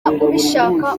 ubishaka